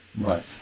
Right